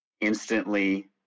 instantly